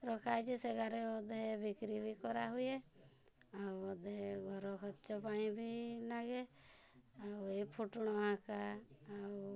ରଖାହେଇଛି ସେଗାରେ ଅଧେ ବିକ୍ରି ବି କରାହୁଏ ଆଉ ଅଧେ ଘର ଖର୍ଚ୍ଚ ପାଇଁ ବି ନାଗେ ଆଉ ଏଇ ଫୁଟଣ ଆକା ଆଉ